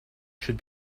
should